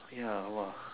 ya !wah!